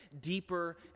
deeper